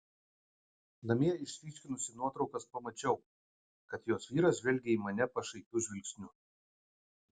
namie išryškinusi nuotraukas pamačiau kad jos vyras žvelgia į mane pašaipiu žvilgsniu